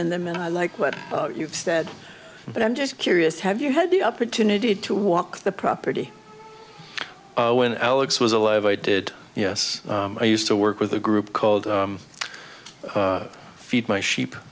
in them and i like what you've said but i'm just curious have you had the opportunity to walk the property when alex was alive i did yes i used to work with a group called feed my